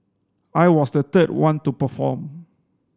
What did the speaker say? I was the third one to perform